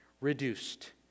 reduced